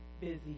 busy